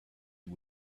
you